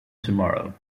tomorrow